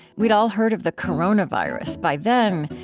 we'd all heard of the coronavirus by then.